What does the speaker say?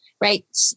right